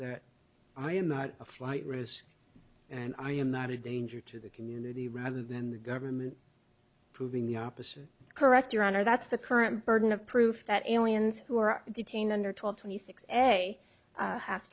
that i am not a flight risk and i am not a danger to the community rather than the government proving the opposite correct your honor that's the current burden of proof that aliens who are detained under twelve twenty six and a have